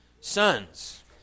sons